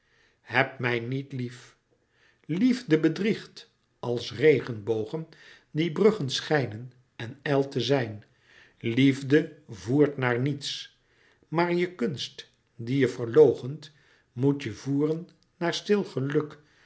heb mij niet lief liefde bedriegt als regenbogen die bruggen schijnen en ijlte zijn liefde voert naar niets maar je kunst die je verloochent moet je voeren naar stil geluk